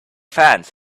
fans